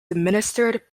administered